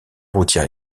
routière